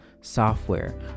software